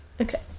Okay